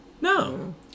No